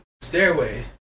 stairway